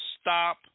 stop